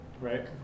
Right